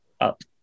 up